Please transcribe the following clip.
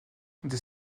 des